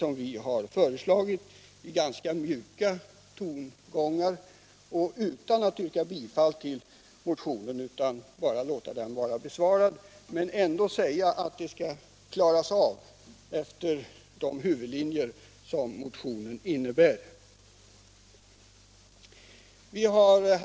Tongångarna är ganska mjuka, och utan att yrka bifall till motionerna säger vi i reservationen att frågan bör klaras av efter vår motions huvudlinjer.